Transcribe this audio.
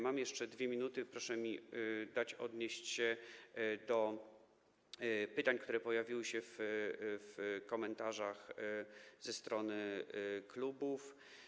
Mam jeszcze 2 minuty, więc proszę mi pozwolić odnieść się do pytań, które pojawiły się w komentarzach ze strony klubów.